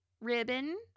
ribbon